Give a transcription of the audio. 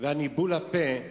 ואת ניבול הפה.